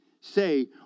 say